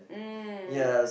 mm